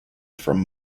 from